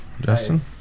Justin